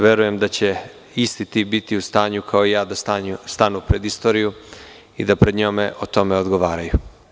Verujem da će isti ti biti u stanju da stanu, kao i ja, pred istoriju i da pred njom o tome odgovaraju.